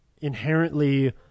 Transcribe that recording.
inherently